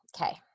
Okay